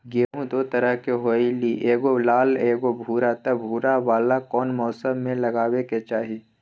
गेंहू दो तरह के होअ ली एगो लाल एगो भूरा त भूरा वाला कौन मौसम मे लगाबे के चाहि?